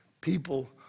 people